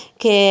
che